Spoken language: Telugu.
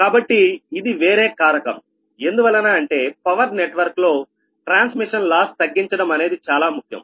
కాబట్టి ఇది వేరే కారకం ఎందువలన అంటే పవర్ నెట్వర్క్ లో ట్రాన్స్మిషన్ లాస్ తగ్గించడం అనేది చాలా ముఖ్యం